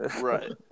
Right